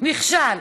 נכשל,